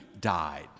died